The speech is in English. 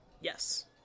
Yes